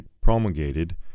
promulgated